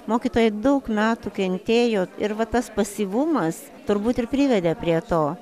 mokytojai daug metų kentėjo ir va tas pasyvumas turbūt ir privedė prie to